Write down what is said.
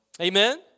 Amen